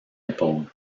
épaule